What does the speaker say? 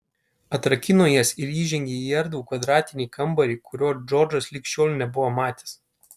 atrakino jas ir įžengė į erdvų kvadratinį kambarį kurio džordžas lig šiol nebuvo matęs